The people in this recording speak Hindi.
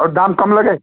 और दाम कम लगे